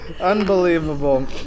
Unbelievable